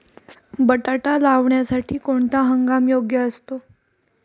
बटाटा लावण्यासाठी कोणता हंगाम योग्य असतो?